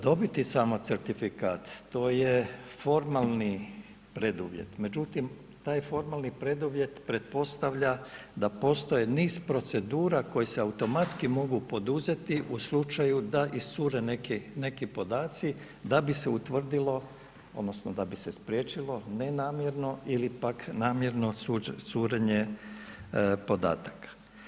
Dobiti samo certifikat, to je formalni preduvjet međutim taj formalni preduvjet pretpostavlja da postoje niz procedura koje se automatski mogu poduzeti u slučaju da iscure neki podaci da bi se utvrdilo odnosno da bi se spriječilo nenamjerno ili pak namjerno curenje podataka.